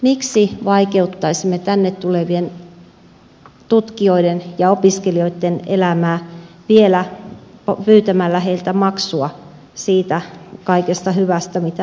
miksi vaikeuttaisimme tänne tulevien tutkijoiden ja opiskelijoitten elämää vielä pyytämällä heiltä maksua siitä kaikesta hyvästä mitä he mukanaan tänne tuovat